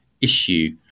issue